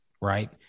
right